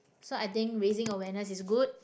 so I think raising awareness is good